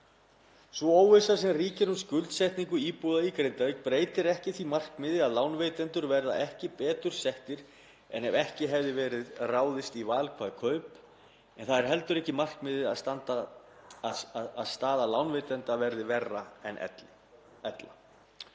Sú óvissa sem ríkir um skuldsetningu íbúða í Grindavík breytir ekki því markmiði að lánveitendur verði ekki betur settir en ef ekki hefði verið ráðist í valkvæð kaup, en það er ekki heldur markmiðið að staða lánveitenda verði verri en ella.